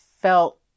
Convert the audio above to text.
felt